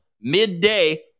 midday